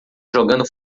jogando